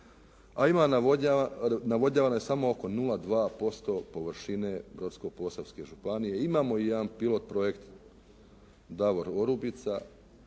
navodnjavane samo oko 0,2% površine Brodsko-Posavske županije. Imamo i jedan pilot projekt «Davor Orubica»